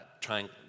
trying